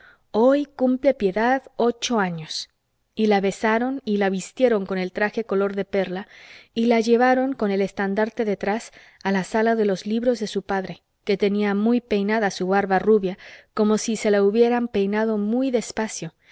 hoy cumple piedad ocho años y la besaron y la vistieron con el traje color de perla y la llevaron con el estandarte detrás a la sala de los libros de su padre que tenía muy peinada su barba rubia como si se la hubieran peinado muy despacio